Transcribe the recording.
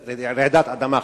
ריכטר.